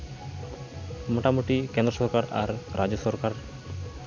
ᱢᱳᱴᱟᱢᱩᱴᱤ ᱠᱮᱫᱽᱨᱚ ᱥᱚᱨᱠᱟᱨ ᱟᱨ ᱨᱟᱡᱽᱡᱚ ᱥᱚᱨᱠᱟᱨ